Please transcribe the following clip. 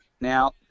Now